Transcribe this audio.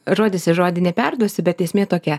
žodis į žodį neperduosiu bet esmė tokia